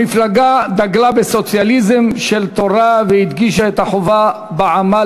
המפלגה דגלה בסוציאליזם של תורה והדגישה את החובה בעמל